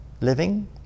living